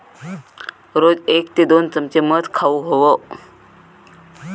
रोज एक ते दोन चमचे मध खाउक हवो